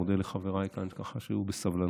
ומודה לחבריי כאן ככה שישבו בסבלנות.